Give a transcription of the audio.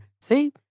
see